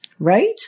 right